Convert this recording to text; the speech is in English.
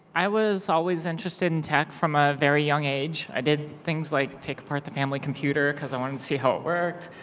i was always interested in tech from a very young age. i did things like take apart the family computer cause i wanted to see how it worked.